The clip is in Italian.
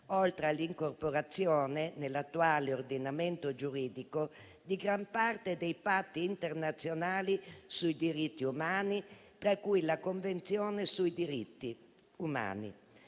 oltre all'incorporazione nell'attuale ordinamento giuridico di gran parte dei patti internazionali sui diritti umani, tra cui la Convenzione sui diritti umani.